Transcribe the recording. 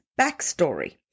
backstory